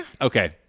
Okay